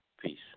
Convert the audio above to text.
Peace